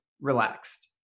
relaxed